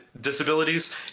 disabilities